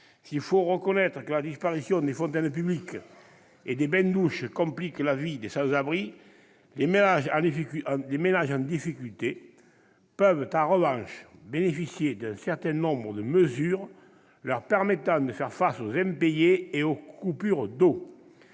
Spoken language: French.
S'il faut reconnaître que la disparition des fontaines publiques et des bains-douches complique la vie des sans-abri, les ménages en difficulté peuvent, en revanche, bénéficier d'un certain nombre de mesures leur permettant de faire face aux impayés ou aux coupures d'eau.